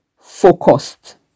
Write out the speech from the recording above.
focused